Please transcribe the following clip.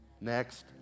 next